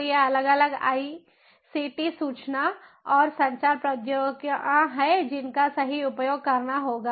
तो ये अलग अलग आईसीटी सूचना और संचार प्रौद्योगिकियां हैं जिनका सही उपयोग करना होगा